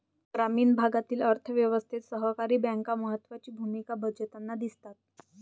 ग्रामीण भागातील अर्थ व्यवस्थेत सहकारी बँका महत्त्वाची भूमिका बजावताना दिसतात